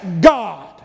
God